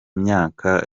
myaka